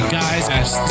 guys